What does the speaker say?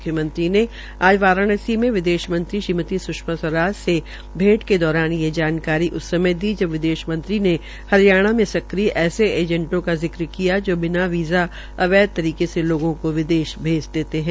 म्ख्यमंत्री ने आज वाराणसी में विदेश मंत्री श्रीमती स्षमा स्वराज से भैंट के दौरान ये जानकारी उस समय दी जब विदेश मंत्री ने हरियाणा में सक्रिय ऐसे ऐजेंटों का जिक्र किया जो बिना वीज़ा अवैध तरीके से लोगों को विदेश भेज देते है